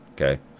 okay